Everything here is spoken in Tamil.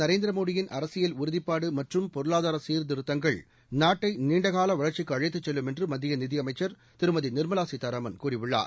நரேந்திர மோடியின் அரசியல் உறுதிப்பாடு மற்று பொருளாதார சீர்திருத்தங்கள் நாட்டை நீண்ட கால வளர்ச்சிக்கு அழைத்துச் செல்லும் என்று மத்திய நிதியமைச்சர் திருமதி நிர்மலா சீதாராமன் கூறியுள்ளார்